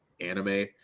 anime